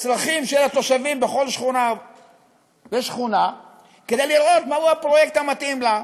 צרכים של התושבים בכל שכונה ושכונה כדי לראות מהו הפרויקט המתאים לה.